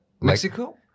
Mexico